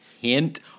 Hint